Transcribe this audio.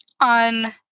on